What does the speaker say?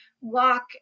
walk